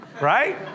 Right